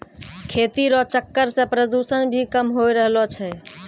खेती रो चक्कर से प्रदूषण भी कम होय रहलो छै